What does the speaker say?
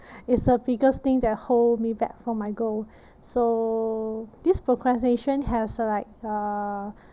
is the biggest thing that hold me back from my goal so this procrastination has like uh